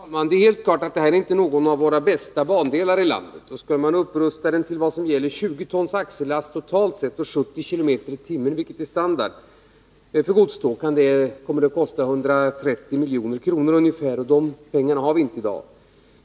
Herr talman! Det är helt klart att detta inte är någon av våra bästa bandelar. Skulle man rusta upp den till vad som gäller för 20 tons axellast och 70 km i timmen totalt sett, vilket är standard för godståg, skulle det kosta ungefär 130 milj.kr. De pengarna har vi inte i dag.